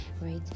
right